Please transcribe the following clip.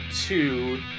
two